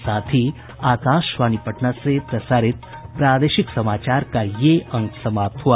इसके साथ ही आकाशवाणी पटना से प्रसारित प्रादेशिक समाचार का ये अंक समाप्त हुआ